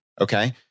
okay